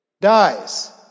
dies